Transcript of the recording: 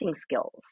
skills